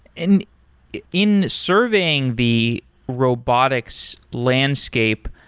in in surveying the robotics landscape,